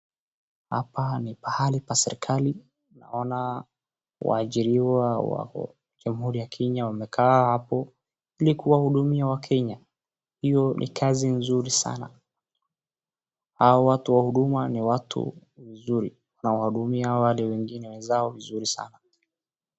Hapa ni pahali pa serikali, naona waajiriwa wa Jamhuri Kenya wamekaa hapo, ili kuwahudumia wakenya. Hio ni kazi nzuri sana. Hawa watu wa Huduma ni watu wazuri, wanawahudumia wale wengine wenzao vizuri sana.